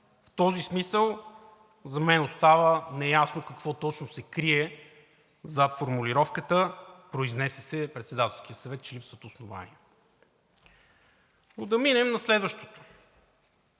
В този смисъл за мен остава неясно какво точно се крие зад формулировката „произнесе се Председателският съвет, че липсват основания“. Но да минем на следващото.